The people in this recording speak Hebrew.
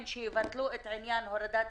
נגיף הקורונה איננו מבדיל בין